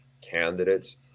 candidates